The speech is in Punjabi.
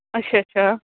ਅੱਛਾ ਅੱਛਾ